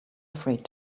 afraid